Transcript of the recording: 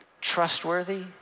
trustworthy